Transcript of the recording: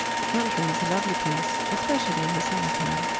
the country is a lovely place, especially in the summer time,